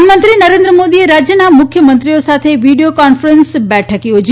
video પ્રધાનમંત્રી નરેન્દ્ર મોદીએ રાજ્યના મુખ્યમંત્રીઓ સાથે આજે કોન્ફરન્સ બેઠક યોજી